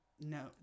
No